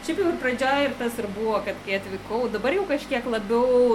šiaip jau ir pradžioj ir tas ir buvo kad kai atvykau dabar jau kažkiek labiau